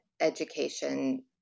education